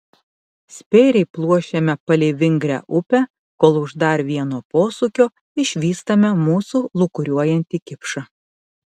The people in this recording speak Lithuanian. spėriai pluošiame palei vingrią upę kol už dar vieno posūkio išvystame mūsų lūkuriuojantį kipšą